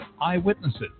eyewitnesses